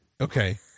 Okay